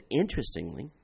interestingly